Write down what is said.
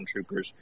stormtroopers